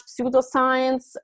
pseudoscience